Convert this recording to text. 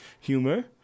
humor